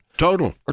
Total